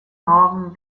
morgen